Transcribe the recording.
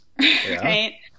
Right